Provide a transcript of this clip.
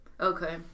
Okay